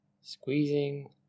squeezing